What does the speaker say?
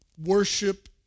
worship